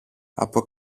από